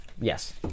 Yes